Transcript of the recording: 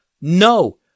No